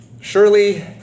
surely